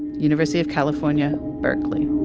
university of california, berkeleywilliam